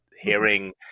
hearing